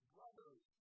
Brothers